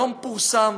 היום פורסם